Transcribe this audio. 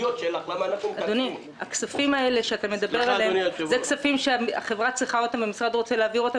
עליהם הם כספים שהחברה צריכה והמשרד רוצה להעביר.